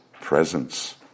presence